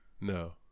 No